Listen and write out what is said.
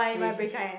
relationship